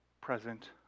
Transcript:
present